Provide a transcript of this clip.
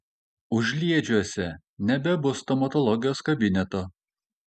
užliedžiuose nebebus stomatologijos kabineto